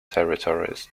territories